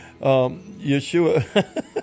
Yeshua